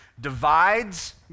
divides